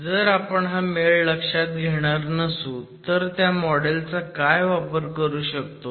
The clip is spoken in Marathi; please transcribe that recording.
आणि जर आपण हा मेळ लक्षात घेणार नसू तर त्या मॉडेल चा काय वापर करू शकतो